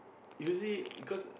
usually because